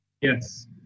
Yes